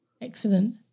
Excellent